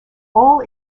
all